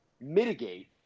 mitigate